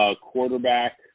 quarterback